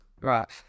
Right